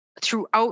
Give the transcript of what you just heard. throughout